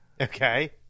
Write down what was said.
Okay